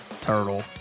turtle